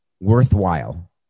worthwhile